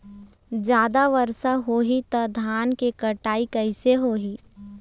जादा वर्षा होही तब धान के कटाई कैसे होही?